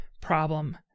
problem